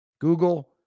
Google